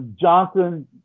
Johnson